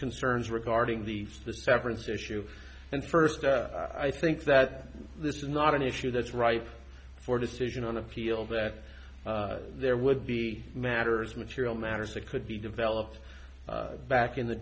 concerns regarding the for the severance issue and first i think that this is not an issue that's ripe for decision on appeal that there would be matters material matters that could be developed back in the